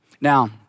Now